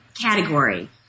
category